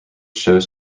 shows